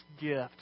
gift